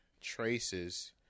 traces